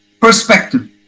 perspective